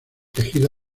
tejido